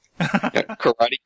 Karate